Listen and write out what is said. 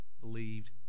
believed